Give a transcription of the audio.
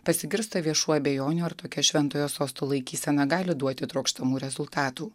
pasigirsta viešų abejonių ar tokia šventojo sosto laikysena gali duoti trokštamų rezultatų